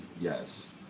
yes